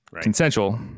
consensual